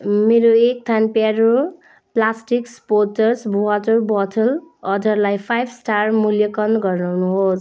मेरो एकथान प्योरो प्लास्टिक स्पोर्ट्स वाटर बोटल अर्डरलाई पाँच स्टारमा मूल्याङ्कन गर्नुहोस्